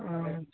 अच्छा